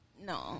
No